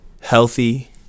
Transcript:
healthy